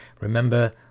Remember